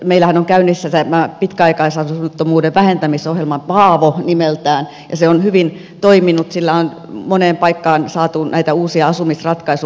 meillähän on käynnissä tämä pitkäaikaisasunnottomuuden vähentämisohjelma paavo nimeltään ja se on hyvin toiminut sillä on moneen paikkaan saatu näitä uusia asumisratkaisuja